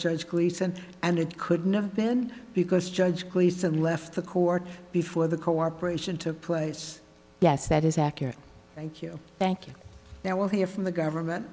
judge gleason and it couldn't have been because judge gleason left the court before the corporation took place yes that is accurate thank you thank you then we'll hear from the government